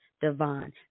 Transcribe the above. Devon